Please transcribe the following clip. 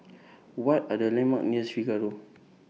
What Are The landmarks nears Figaro